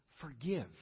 forgive